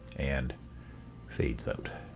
and fades out.